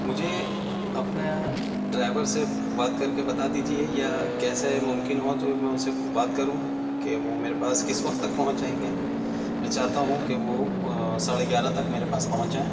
مجھے اپنا ڈرائیور سے بات کر کے بتا دیجیے یا کیسے ممکن ہو تو میں ان سے بات کروں کہ وہ میرے پاس کس وقت تک پہنچ جائیں گے میں چاہتا ہوں کہ وہ ساڑھے گیارہ تک میرے پاس پہنچ جائیں